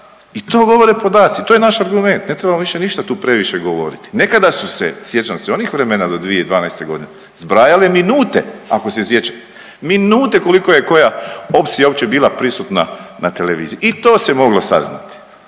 i to govore podaci, to je naš argument ne trebamo više ništa tu previše govoriti. Nekada su se sjećam se onih vremena do 2012.g. zbrajale minute ako se sjećate, minute koliko je koja opcija uopće bila prisutna na televiziji i to se moglo saznati.